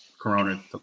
corona